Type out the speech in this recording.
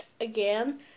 again